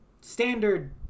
standard